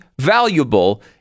valuable